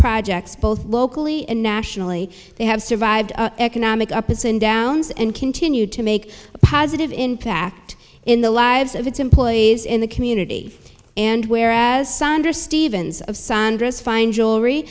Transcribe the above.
projects both locally and nationally they have survived economic opposite downs and continue to make a positive impact in the lives of its employees in the community and whereas sander stevens of sandra's fine jewelry